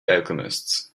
alchemists